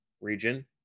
region